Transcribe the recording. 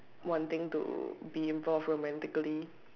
wanting to be involved romantically